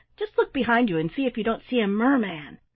just look behind you and see if you don't see a merman.